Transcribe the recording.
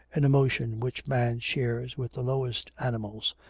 an emotion which man shares with the lowest animals,